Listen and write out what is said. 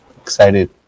excited